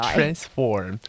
Transform